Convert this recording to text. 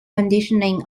conditioning